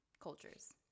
cultures